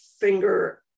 finger